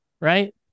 right